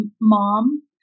mom